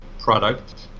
product